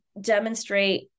demonstrate